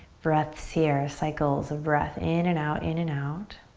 breaths here. cycles of breath in and out, in and out.